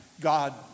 God